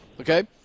Okay